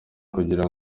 kugira